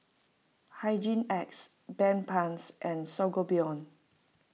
Hygin X Bedpans and Sangobion